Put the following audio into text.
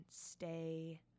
stay